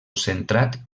centrat